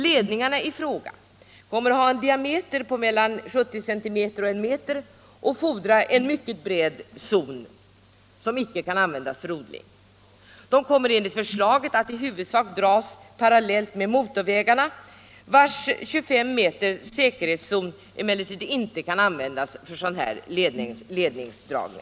Ledningarna i fråga kommer att ha en diameter på mellan 70 cm och I m och fordrar en mycket bred zon, som icke kan användas för odling. De kommer enligt förslaget att i huvudsak dras parallellt med motorvägarna, vilkas 25 m breda säkerhetszon emellertid inte kan användas för ledningsdragningen.